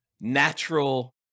natural